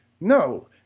No